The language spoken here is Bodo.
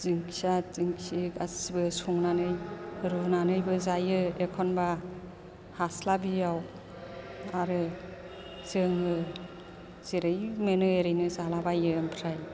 दिंखिया दिंखियि गासिबो संनानै रुनानैबो जायो एखनब्ला हास्लाबियाव आरो जोङो जेरै मोनो एरैनो जालाबायो ओमफ्राय